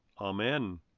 Amen